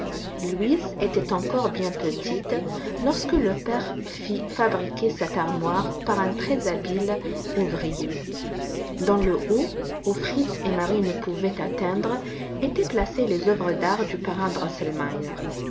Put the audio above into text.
louise était encore bien petite lorsque le père fit fabriquer cette armoire par un très-habile ouvrier dans le haut où fritz et marie ne pouvaient atteindre étaient placés les œuvres d'art du parrain